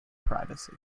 privacy